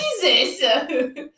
Jesus